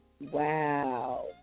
Wow